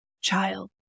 Child